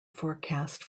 forecast